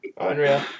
Unreal